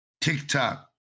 TikTok